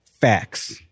facts